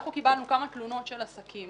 אנחנו קיבלנו כמה תלונות של עסקים